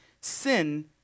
sin